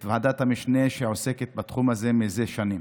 את ועדת המשנה שעוסקת בתחום הזה זה שנים.